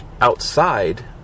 outside